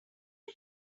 are